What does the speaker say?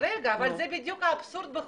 זה חל על מועצות מקומיות.